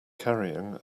carrying